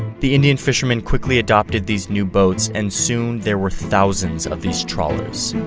the indian fishermen quickly adopted these new boats and soon there were thousands of these trawlers.